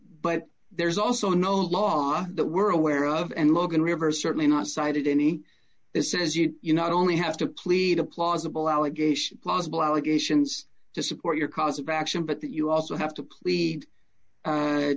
but there's also no law that we're aware of and logan river certainly not cited any this is you you not only have to plead a plausible allegation plausible allegations to support your cause of action but that you also have to plead